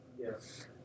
Yes